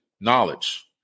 knowledge